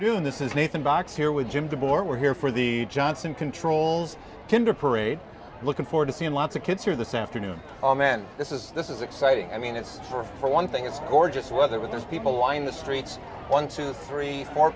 doing this is nathan box here with jim de boer we're here for the johnson controls kinda parade looking forward to seeing lots of kids are the center noon oh man this is this is exciting i mean it's for for one thing it's gorgeous weather but there's people lined the streets one two three four